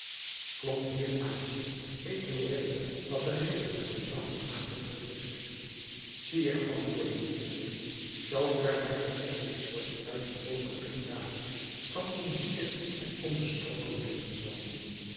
klop hier aan ik wil weten wat de reden van dit nachtelijk gerucht is sire antwoordde de vizier zoo ver mij bekend is wordt dit huis bewoond door drie dames van eenen stillen en onbesproken